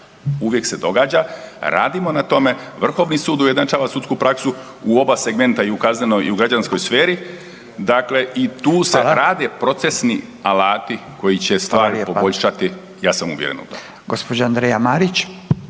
Uvijek se događa, radimo na tome, Vrhovni sud ujednačava sudsku praksu u oba segmenta i u kaznenoj i u građanskoj sferi dakle i tu se rade …/Upadica: Hvala./… procesni alati koji će stvar poboljšati ja sam uvjeren u to. **Radin, Furio